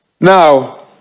now